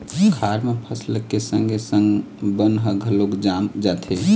खार म फसल के संगे संग बन ह घलोक जाम जाथे